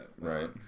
Right